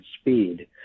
speed